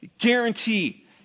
guarantee